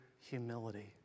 humility